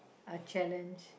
a challenge